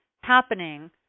happening